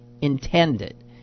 intended